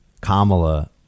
Kamala